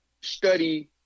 study